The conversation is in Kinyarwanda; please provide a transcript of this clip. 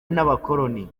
n’abakoloni